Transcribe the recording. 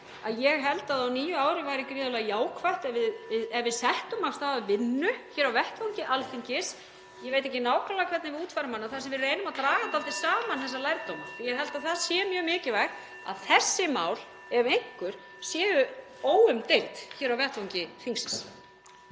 ég held að á nýju ári væri gríðarlega jákvætt ef við settum af stað vinnu hér á vettvangi Alþingis, ég veit ekki nákvæmlega hvernig við útfærum hana, (Forseti hringir.) þar sem við reynum að draga dálítið saman þessa lærdóma. Ég held að það sé mjög mikilvægt að þessi mál, ef einhver, séu óumdeild hér á vettvangi þingsins.